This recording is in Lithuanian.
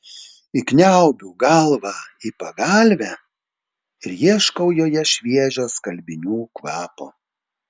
įkniaubiu galvą į pagalvę ir ieškau joje šviežio skalbinių kvapo